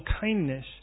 kindness